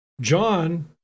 John